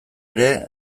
ere